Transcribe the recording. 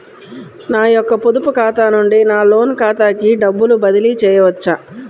నా యొక్క పొదుపు ఖాతా నుండి నా లోన్ ఖాతాకి డబ్బులు బదిలీ చేయవచ్చా?